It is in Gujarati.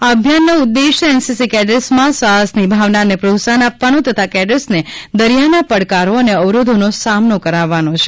આ અભિયાનનો ઉદ્દેશ એનસીસી કેડેટ્સમાં સાહસની ભાવનાને પ્રોત્સાહન આપવાનો તથા કેડેટ્સને દરિયાનાં પડકારો અને અવરોધોનો સામનો કરાવવાનો છે